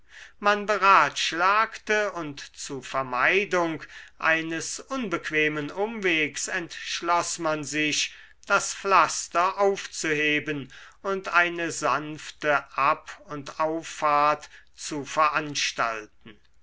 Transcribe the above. man beratschlagte und zu vermeidung eines unbequemen umwegs entschloß man sich das pflaster aufzuheben und eine sanfte ab und auffahrt zu veranstalten